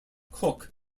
cook